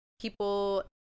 people